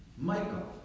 Michael